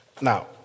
Now